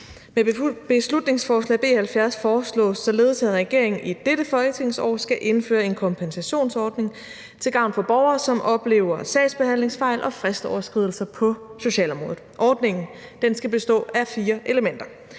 Med beslutningsforslag B 70 foreslås det således, at regeringen i dette folketingsår skal indføre en kompensationsordning til gavn for borgere, som oplever sagsbehandlingsfejl og fristoverskridelser på socialområdet. Ordningen skal bestå af fire elementer: